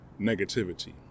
negativity